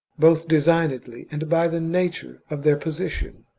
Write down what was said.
both designedly and by the nature of their position.